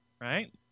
right